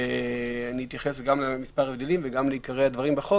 אני אתייחס גם למספר הבדלים וגם לעיקרי הדברים בחוק